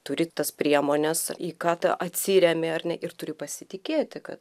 turi tas priemones į ką tu atsiremi ar ne ir turi pasitikėti kad